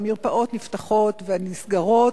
והמרפאות נפתחות ונסגרות,